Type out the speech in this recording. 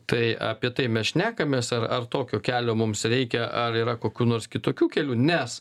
tai apie tai mes šnekamės ar ar tokio kelio mums reikia ar yra kokių nors kitokių kelių nes